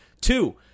Two